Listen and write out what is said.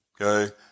Okay